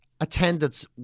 attendance